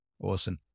Awesome